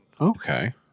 okay